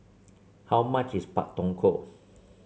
how much is Pak Thong Ko